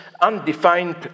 undefined